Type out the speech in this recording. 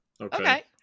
Okay